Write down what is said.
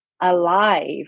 alive